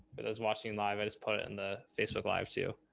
it was watching live, i just put it in the facebook lives too.